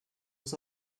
was